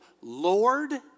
Lord